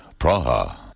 Praha